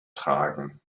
tragen